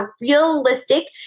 realistic